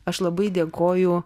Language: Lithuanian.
aš labai dėkoju